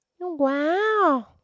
wow